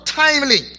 timely